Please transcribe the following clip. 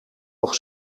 nog